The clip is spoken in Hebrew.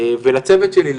ולצוות שלי,